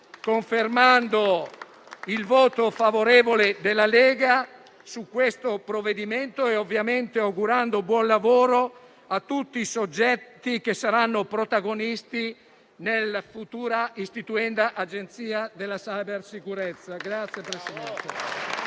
confermando il voto favorevole della Lega su questo provvedimento e ovviamente augurando buon lavoro a tutti i soggetti che saranno protagonisti nella futura istituenda Agenzia per la cybersicurezza